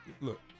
Look